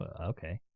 Okay